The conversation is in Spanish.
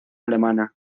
alemana